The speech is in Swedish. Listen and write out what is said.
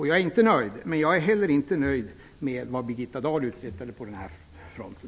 Jag är inte nöjd, men jag är heller inte nöjd med vad Birgitta Dahl uträttade på den här fronten.